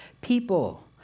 people